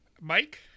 Mike